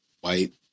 white